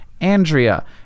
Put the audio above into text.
Andrea